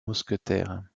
mousquetaires